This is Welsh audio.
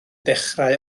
dechrau